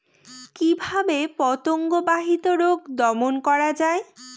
কিভাবে পতঙ্গ বাহিত রোগ দমন করা যায়?